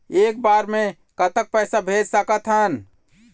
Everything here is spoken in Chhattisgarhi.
एक बार मे कतक पैसा भेज सकत हन?